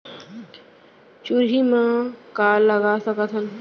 चुहरी म का लगा सकथन?